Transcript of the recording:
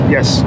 Yes